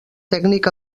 tècnic